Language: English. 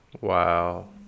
wow